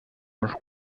uns